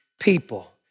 people